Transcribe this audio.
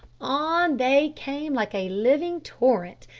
on they came like a living torrent,